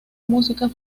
música